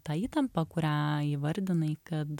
tą įtampą kurią įvardinai kad